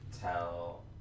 tell